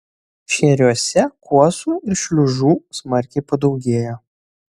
šėriuose kuosų ir šliužų smarkiai padaugėjo